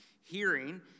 Hearing